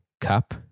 cup